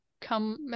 come